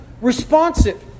responsive